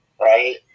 right